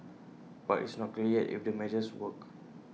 but it's not clear yet if the measures work